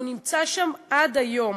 והוא נמצא שם עד היום.